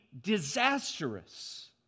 disastrous